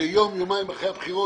שיום-יומיים אחרי הבחירות,